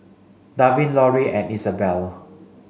Darwin Lorri and Isabelle